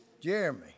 Jeremy